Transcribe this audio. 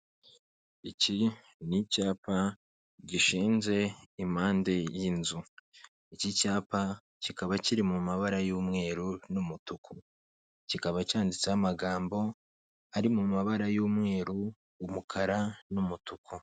Iki ni icyapa gishinze impande y'inzu iki cyapa kikaba kiri mu mabara y'umweru n'umutuku kikaba cyanditseho amagambo ari mu mabara y'umweru, umukara, n'umutuku.